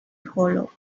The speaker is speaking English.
hollow